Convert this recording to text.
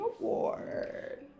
award